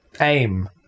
aim